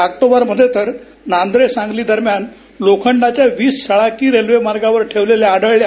October मध्ये तर नांद्रे सांगली दरम्यान लोखंडाच्या वीस सळाकी रेल्वे मार्गावर ठेवलेल्या आढळल्या